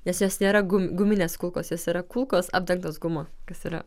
nes jos nėra gum guminės kulkos jos yra kulkos apdengtos guma kas yra